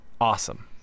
awesome